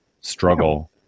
struggle